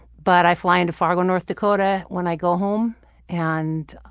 but i fly into fargo, north dakota when i go home and